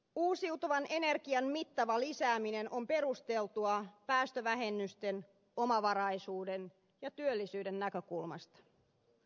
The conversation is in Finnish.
uusiutuvan energian mittava lisääminen on perusteltua päästövähennysten omavaraisuuden ja työllisyyden näkökulmasta